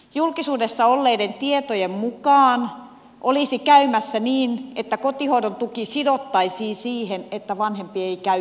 julkisuudessa olleiden tietojen mukaan olisi käymässä niin että kotihoidon tuki sidottaisiin siihen että vanhempi ei käy töissä